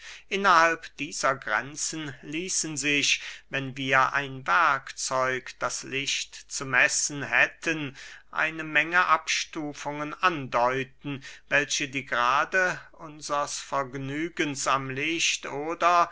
innerhalb dieser grenzen ließen sich wenn wir ein werkzeug das licht zu messen hätten eine menge abstufungen andeuten welche die grade unsers vergnügens am licht oder